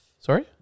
Sorry